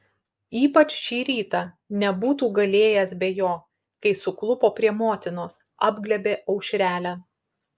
ypač šį rytą nebūtų galėjęs be jo kai suklupo prie motinos apglėbė aušrelę